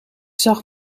zag